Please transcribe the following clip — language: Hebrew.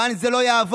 כאן זה לא יעבוד.